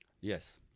Yes